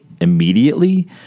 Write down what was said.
immediately